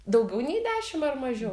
daugiau nei dešim ar mažiau